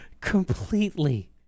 Completely